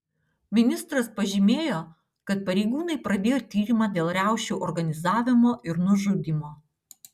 ministras pažymėjo kad pareigūnai pradėjo tyrimą dėl riaušių organizavimo ir nužudymo